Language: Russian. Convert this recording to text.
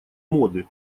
моды